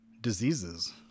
diseases